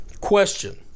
Question